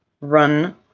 run